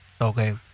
Okay